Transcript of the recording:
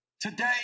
Today